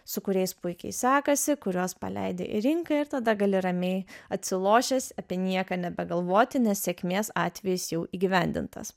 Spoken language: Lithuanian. su kuriais puikiai sekasi kuriuos paleidi į rinką ir tada gali ramiai atsilošęs apie nieką nebegalvoti nes sėkmės atvejis jau įgyvendintas